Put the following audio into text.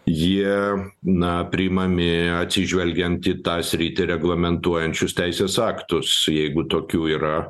jie na priimami atsižvelgiant į tą sritį reglamentuojančius teisės aktus jeigu tokių yra